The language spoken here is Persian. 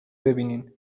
ببینینبازم